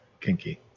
Kinky